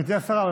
גברתי השרה,